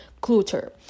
clutter